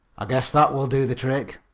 i guess that will do the trick,